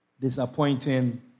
disappointing